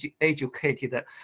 educated